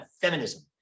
feminism